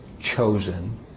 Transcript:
chosen